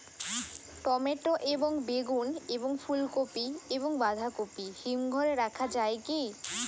Tomato এবং বেগুন এবং ফুলকপি এবং বাঁধাকপি হিমঘরে রাখা যায় কি?